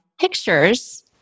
pictures